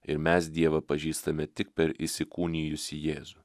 ir mes dievą pažįstame tik per įsikūnijusį jėzų